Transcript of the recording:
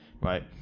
right